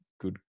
good